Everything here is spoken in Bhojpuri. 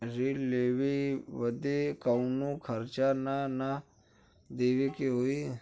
ऋण लेवे बदे कउनो खर्चा ना न देवे के होई?